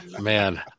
man